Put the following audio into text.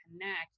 connect